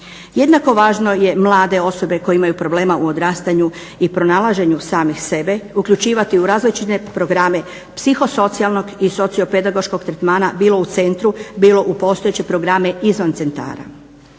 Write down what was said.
Jednako važno je mlade osobe koje imaju problema u odrastanju i pronalaženju samih sebe uključivati u različite programe psihosocijalnog i sociopedagoškog tretmana bilo u centru, bilo u postojeće programe izvan centara.